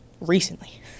recently